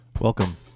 Welcome